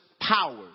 powers